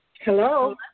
Hello